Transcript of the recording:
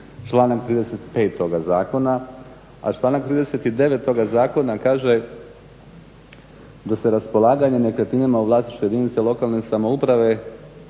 članak 35. toga zakona. A članak 39. toga zakona kaže da se raspolaganje nekretninama u vlasništvu jedinice lokalne samouprave